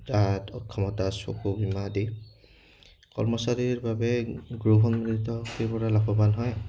তাত অক্ষমতা চকু বীমা আদি কৰ্মচাৰীৰ বাবে সেই পৰা লাভৱান হয়